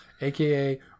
AKA